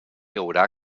haurà